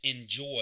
enjoy